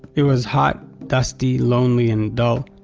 it was hot, dusty, lonely and dull,